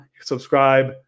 Subscribe